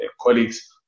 colleagues